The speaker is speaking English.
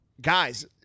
Guys